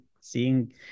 seeing